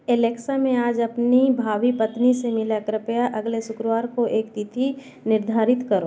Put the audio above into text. Alexa मैं आज अपनी भावी पत्नी से मिला कृपया अगले शुक्रवार को एक तिथि निर्धारित करो